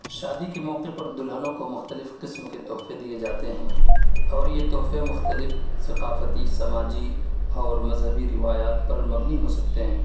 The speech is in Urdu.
شادی کے موقع پر دلہنوں کو مختلف قسم کے تحفے دیے جاتے ہیں اور یہ تحفے مختلف ثقافتی سماجی اور مذہبی روایات پر مبنی ہو سکتے ہیں